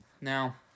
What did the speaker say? Now